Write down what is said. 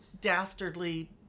dastardly